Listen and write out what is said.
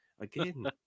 again